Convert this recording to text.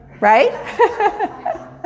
Right